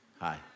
Hi